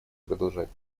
продолжать